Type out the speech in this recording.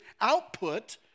output